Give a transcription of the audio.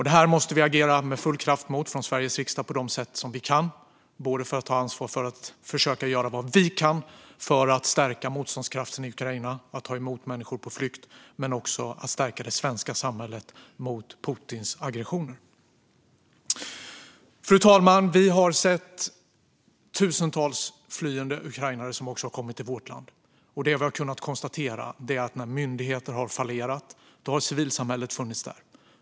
Detta måste vi agera med full kraft mot från Sveriges riksdag på de sätt vi kan, för att ta ansvar för att försöka göra vad vi kan för att stärka motståndskraften i Ukraina och ta emot människor på flykt men också för att stärka det svenska samhället mot Putins aggressioner. Fru talman! Vi har sett tusentals flyende ukrainare komma till vårt land. Vi har kunnat konstatera att när myndigheter har fallerat har civilsamhället funnits där.